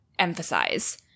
emphasize